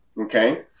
Okay